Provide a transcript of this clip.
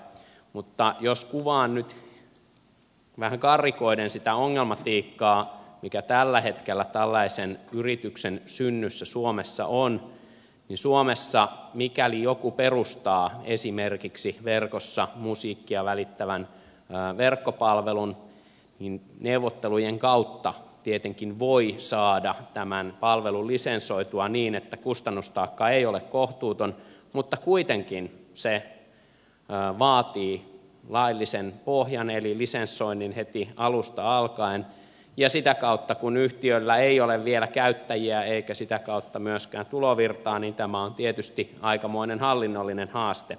mutta jos kuvaan nyt vähän karrikoiden sitä ongelmatiikkaa mikä tällä hetkellä tällaisen yrityksen synnyssä suomessa on niin suomessa mikäli joku perustaa esimerkiksi verkossa musiikkia välittävän verkkopalvelun neuvottelujen kautta tietenkin voi saada tämän palvelun lisensoitua niin että kustannustaakka ei ole kohtuuton mutta kuitenkin se vaatii laillisen pohjan eli lisensoinnin heti alusta alkaen ja sitä kautta kun yhtiöllä ei ole vielä käyttäjiä eikä sitä kautta myöskään tulovirtaa tämä on tietysti aikamoinen hallinnollinen haaste